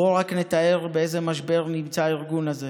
בואו רק נתאר באיזה משבר נמצא הארגון הזה.